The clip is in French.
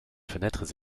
fenêtres